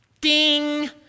ding